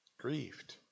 Grieved